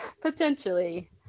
Potentially